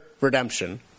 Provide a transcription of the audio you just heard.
redemption